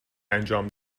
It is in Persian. انجام